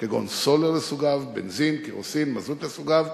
כגון סולר לסוגיו, בנזין, קירוסין ומזוט לסוגיו,